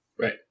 Right